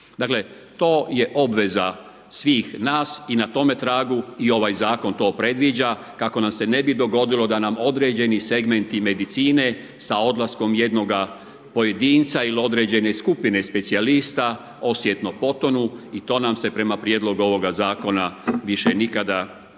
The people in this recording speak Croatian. To je obveza svih nas i na tome tragu i ovaj zakon to predviđa, kako nam se ne bi dogodilo da nam određeni segmenti medicine, sa odlaskom jednoga pojedinca ili određene skupine specijalista osjetno potonu i to nam se prema prijedlogu ovoga zakona, više nikada neće